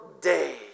day